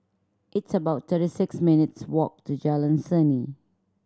it's about thirty six minutes' walk to Jalan Seni